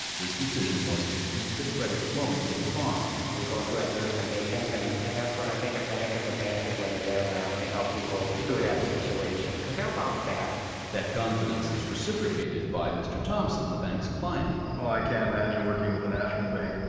his decision was to keep the credit flowing to the farm you go through adverse conditions, and and that's when i think a bank is a bank, is when you're there to ah to help people through that situation. because they'll bounce back that confidence is reciprocated by mr. thompson, the bank's client oh i can't imagine working with a national bank.